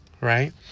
right